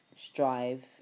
strive